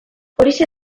horixe